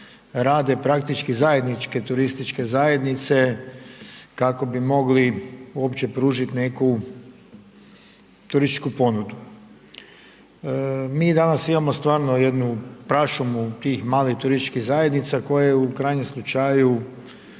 rade praktički zajedničke turističke zajednice kako bi mogli uopće pružiti neku turističku ponudu. Mi danas imamo stvarno jednu prašumu tih malih turističkih zajednica koje u krajnjem slučaju